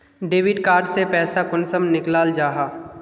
Debit card से पैसा कुंसम निकलाल जाहा?